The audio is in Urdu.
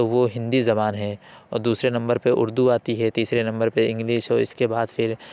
تو وہ ہندی زبان ہے اور دوسرے نمبر پہ اردو آتی ہے تیسرے نمبر پر انگلش اور اس کے بعد پھر